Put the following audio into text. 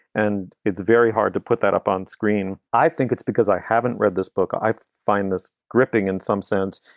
and it's very hard to put that up on screen. screen. i think it's because i haven't read this book. i find this gripping in some sense,